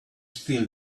still